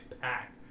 pack